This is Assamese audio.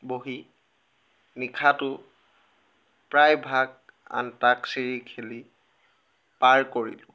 বহি নিশাটো প্ৰায়ভাগ অন্তাক্ষৰী খেলি পাৰ কৰিলোঁ